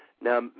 Now